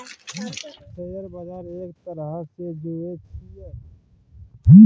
share बजार एक तरहसँ जुऐ छियै